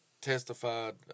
testified